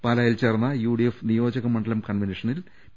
പാലായിൽ ചേർന്ന യുഡിഎഫ് നിയോജകമണ്ഡലം കൺവെൻഷനിൽ പി